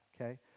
okay